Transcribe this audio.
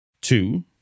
Two